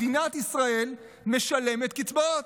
מדינת ישראל משלמת קצבאות.